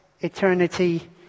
eternity